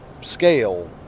scale